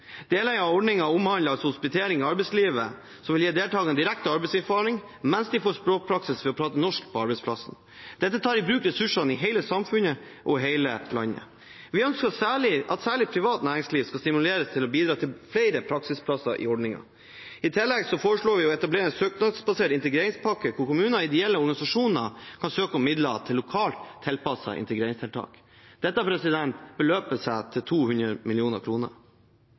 Deler av ordningen som omhandler hospitering i arbeidslivet, vil gi deltakerne direkte arbeidserfaring mens de får språkpraksis ved å prate norsk på arbeidsplassen. Dette tar i bruk ressursene i hele samfunnet og hele landet. Vi ønsker at særlig privat næringsliv skal stimuleres til å bidra med flere praksisplasser i ordningen. I tillegg foreslår vi å etablere en søknadsbasert integreringspakke hvor kommuner og ideelle organisasjoner kan søke om midler til lokalt tilpassede integreringstiltak. Dette beløper seg til 200